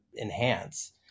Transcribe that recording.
enhance